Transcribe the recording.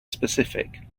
specific